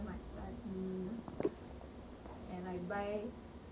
also can get extra cash to further my studies